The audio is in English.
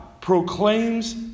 proclaims